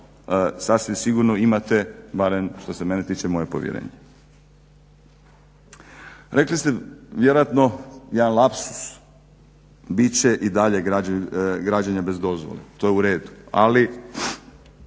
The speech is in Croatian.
sasvim sigurno imate barem što se mene tiče moje povjerenje. Rekli ste vjerojatno jedan lapsus bit će i dalje građenje bez dozvole, to je u redu, ali